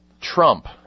Trump